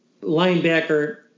linebacker